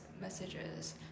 messages